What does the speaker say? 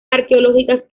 arqueológicas